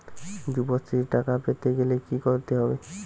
যুবশ্রীর টাকা পেতে গেলে কি করতে হবে?